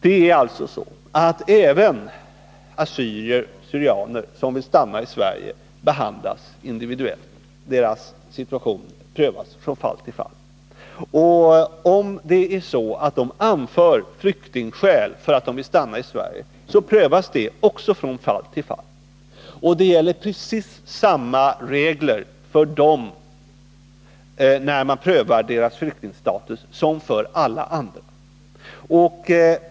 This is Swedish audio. Det är så att även assyrier/syrianer som vill stanna i Sverige behandlas individuellt — deras situation prövas från fall till fall. Om de anför flyktingskäl för att de vill stanna i Sverige, prövas också det från fall till fall. Det är precis samma regler som gäller för dem när deras flyktingstatus prövas som för alla andra.